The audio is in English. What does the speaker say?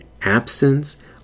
absence